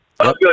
good